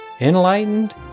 enlightened